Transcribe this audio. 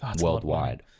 worldwide